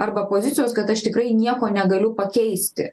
arba pozicijos kad aš tikrai nieko negaliu pakeisti